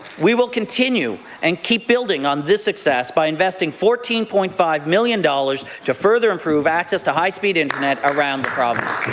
we will continue and keep building on this success by investing fourteen point five million dollars to further improve access to high-speed internet around the province.